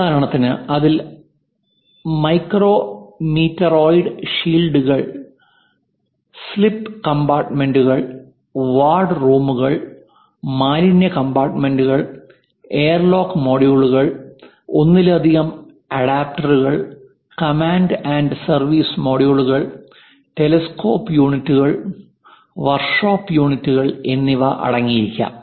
ഉദാഹരണത്തിന് അതിൽ മൈക്രോമീറ്ററോയിഡ് ഷീൽഡുകൾ micrometeoroid shields സ്ലീപ്പ് കമ്പാർട്ടുമെന്റുകൾ വാർഡ്റൂമുകൾ മാലിന്യ കമ്പാർട്ടുമെന്റുകൾ എയർലോക്ക് മൊഡ്യൂളുകൾ ഒന്നിലധികം അഡാപ്റ്ററുകൾ കമാൻഡ് ആൻഡ് സർവീസ് മൊഡ്യൂളുകൾ ടെലിസ്കോപ്പ് യൂണിറ്റുകൾ വർക്ക്ഷോപ്പ് യൂണിറ്റുകൾ എന്നിവ അടങ്ങിയിരിക്കാം